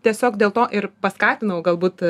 tiesiog dėl to ir paskatinau galbūt